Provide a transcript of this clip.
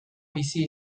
bizi